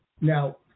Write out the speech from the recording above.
Now